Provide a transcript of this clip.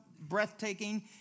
breathtaking